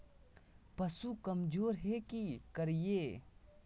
पशु कमज़ोर है कि करिये?